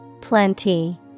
Plenty